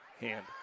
hand